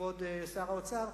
כבוד שר האוצר,